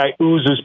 oozes